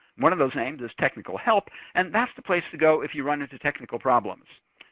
one of those names is technical help and that's the place to go if you run into technical problems.